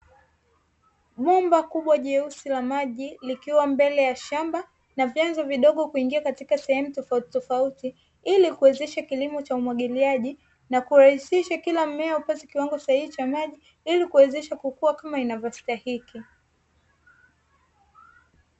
Bomba kubwa jeusi la maji likiwa mbele ya shamba na vyanzo vidogo kuingia katika sehemu tofautitofuti, ili kuwezesha kilimo cha umwagiliaji na kurahisisha kila mmea upate kiwango sahihi cha maji ili kuwezesha kukua kama inavyo stahiki.